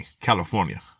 California